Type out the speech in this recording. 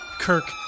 Kirk